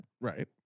Right